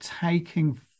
taking